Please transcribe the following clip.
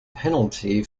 penalty